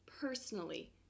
personally